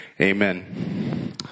Amen